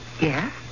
Yes